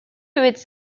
its